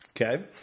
Okay